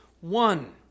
one